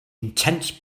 intense